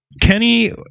Kenny